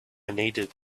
needed